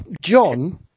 John